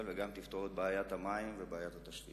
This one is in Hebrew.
וגם יפתור את בעיית המים ואת בעיית התשתיות.